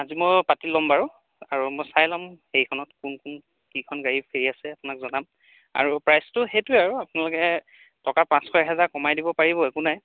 আজি মই পাতি ল'ম বাৰু আৰু মই চাই ল'ম সেইখনত কোন কোন কেইখন গাড়ী ফ্ৰী আছে আপোনাক জনাম আৰু প্ৰাইচটো সেইটোৱে আৰু আপোনালোকে টকা পাঁচশ এহেজাৰ কমাই দিব পাৰিব একো নাই